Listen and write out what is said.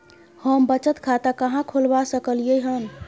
हम बचत खाता कहाॅं खोलवा सकलिये हन?